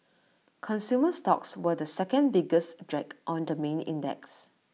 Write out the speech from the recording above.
consumer stocks were the second biggest drag on the main index